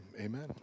Amen